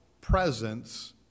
presence